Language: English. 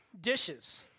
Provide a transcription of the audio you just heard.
dishes